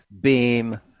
beam